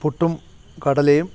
പുട്ടും കടലയും